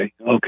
okay